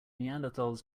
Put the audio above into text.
neanderthals